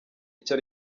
icyo